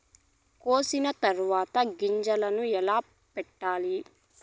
కోసిన తర్వాత గింజలను ఎలా పెట్టాలి